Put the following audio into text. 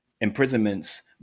imprisonments